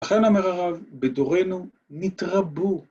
‫לכן אומר הרב, בדורנו נתרבו.